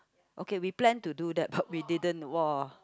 okay we plan to do that but we didn't !wah!